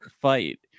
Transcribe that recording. fight